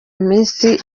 minsi